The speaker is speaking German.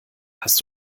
hast